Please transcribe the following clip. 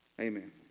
Amen